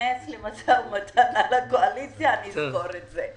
שניכנס למשא ומתן עם הקואליציה אני אזכור את זה.